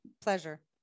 Pleasure